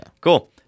Cool